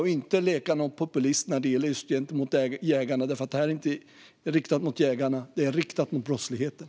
Vi ska inte leka populister gentemot jägarna. Det här är inte riktat mot dem. Det är riktat mot brottsligheten.